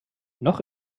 noch